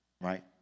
right